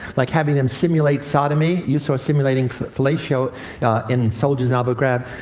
like having them simulate sodomy. you saw simulating fellatio in soldiers in abu ghraib.